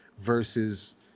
versus